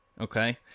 Okay